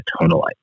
tonalite